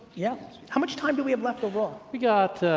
yeah how much time do we have left overall? we got